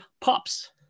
Pops